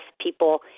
people